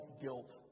guilt